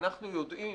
אנחנו יודעים,